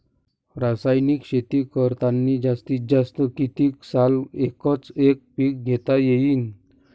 रासायनिक शेती करतांनी जास्तीत जास्त कितीक साल एकच एक पीक घेता येईन?